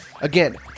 again